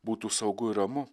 būtų saugu ir ramu